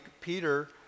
Peter